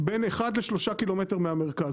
בין אחד לשלושה קילומטר מהמרכז,